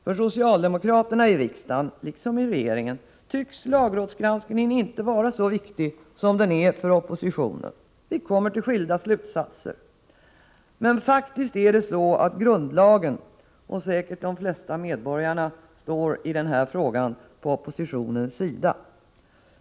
För socialdemokraterna i riksdagen, liksom i regeringen, tycks lagrådsgranskningen inte vara så viktig som för oppositionen. Vi kommer till skilda slutsatser. Men faktiskt står i denna fråga grundlagen, och säkert de flesta medborgarna, på oppositionens sida.